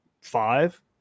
five